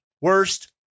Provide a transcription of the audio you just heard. Worst